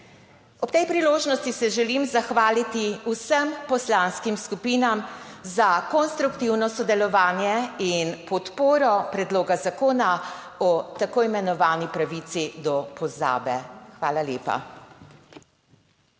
Ob tej priložnosti se želim zahvaliti vsem poslanskim skupinam za konstruktivno sodelovanje in podporo Predloga zakona o tako imenovani pravici do pozabe. Hvala lepa.